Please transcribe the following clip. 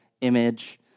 image